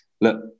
Look